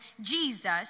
Jesus